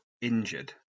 injured